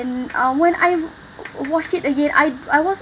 uh when I watched it again I wasn't